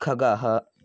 खगः